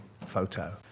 photo